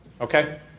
Okay